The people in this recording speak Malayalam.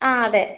ആ അതെ